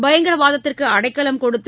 பயங்கரவாதத்திற்கு அடைக்கலம் கொடுத்து